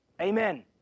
Amen